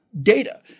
data